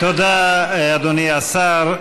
תודה, אדוני השר.